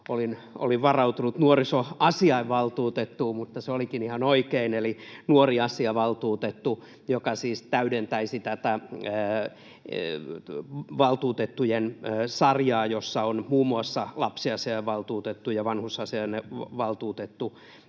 olin varautunut nuorisoasiainvaltuutettuun, mutta se olikin ihan oikein eli nuoriasiavaltuutettu, joka siis täydentäisi tätä valtuutettujen sarjaa, jossa on muun muassa lapsiasiainvaltuutettu ja vanhusasiainvaltuutettu